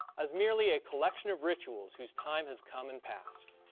as merely a collection of rituals whose time has come and passed.